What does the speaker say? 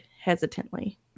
hesitantly